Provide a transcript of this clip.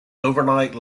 overnight